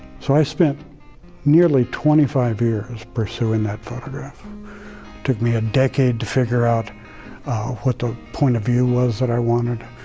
so, i spent nearly twenty five years pursuing that photograph. it took me a decade to figure out what ah point of view was that i wanted.